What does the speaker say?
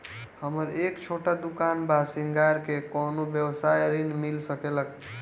हमर एक छोटा दुकान बा श्रृंगार के कौनो व्यवसाय ऋण मिल सके ला?